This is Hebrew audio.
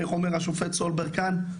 איך אומר השופט סולברג כאן,